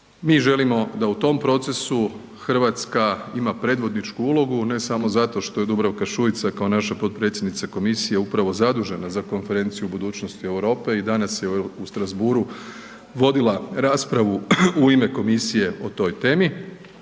Mi želimo da u tom procesu RH ima predvodničku ulogu ne samo zato što je Dubravka Šuica kao naša potpredsjednica komisije upravo zadužena za Konferenciju o budućnosti Europe i danas je u Strasbourgu vodila raspravu u ime Komisije o toj temi